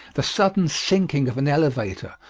the sudden sinking of an elevator,